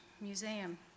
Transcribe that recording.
Museum